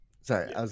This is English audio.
sorry